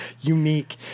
unique